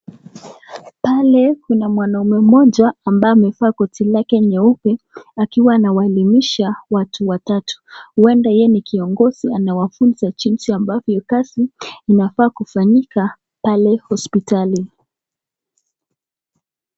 Pale kuna mwanaume mmoja ambaye amevaa koti lake nyeupe akiwa anawaeleimisha Watu watatu wenda yeye Ni kiongozi anawafunza jinsi kazi ambavyo kazi inafaaa kufanyika pale hosipitali.